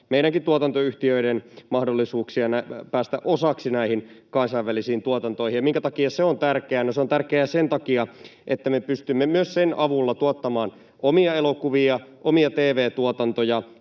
meidänkin tuotantoyhtiöiden mahdollisuuksia päästä osaksi näihin kansainvälisiin tuotantoihin. Ja minkä takia se on tärkeää? No, se on tärkeää sen takia, että me pystymme myös sen avulla tuottamaan omia elokuvia, omia tv-tuotantoja